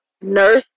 Nurse